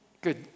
Good